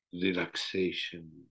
Relaxation